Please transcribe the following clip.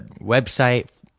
website